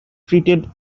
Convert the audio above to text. treated